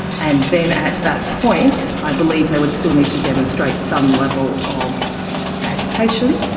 and then at that point i believe they would still need to demonstrate some level of agitation,